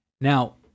Now